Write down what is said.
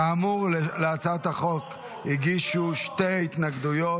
לכן על פניו אני באמת חושב שזה סוג חקיקה שיש עליה הסכמה רחבה,